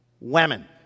Women